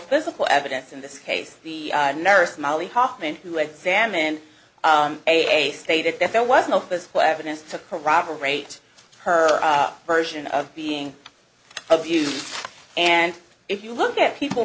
physical evidence in this case the nurse molly hofmann who examined a stated that there was no physical evidence to corroborate her version of being abused and if you look at people